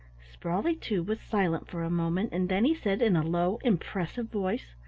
sprawley, too, was silent for a moment, and then he said in a low, impressive voice,